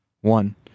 One